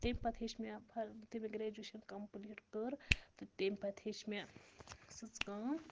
تمہِ پَتہٕ ہیٚچھ مےٚ فرد یُتھُے مےٚ گرٛیجویشَن کَمپٔلیٖٹ کٔر تہٕ تیٚمۍ پَتہٕ ہیٚچھ مےٚ سٕژ کٲم